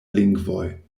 lingvoj